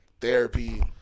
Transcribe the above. therapy